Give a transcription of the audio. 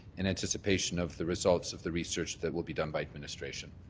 in anticipation of the results of the research that will be done by administration.